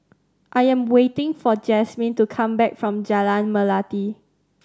I am waiting for Jazmin to come back from Jalan Melati